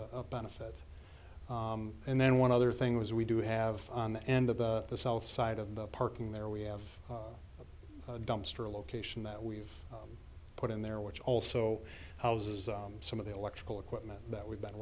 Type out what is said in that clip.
benefit and then one other thing was we do have on the end of the south side of the parking there we have a dumpster a location that we've put in there which also houses some of the electrical equipment that we've been